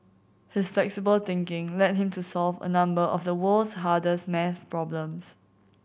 his flexible thinking led him to solve a number of the world's hardest maths problems